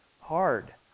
hard